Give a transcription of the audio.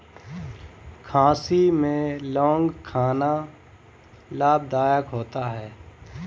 खांसी में लौंग खाना लाभदायक होता है